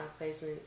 placements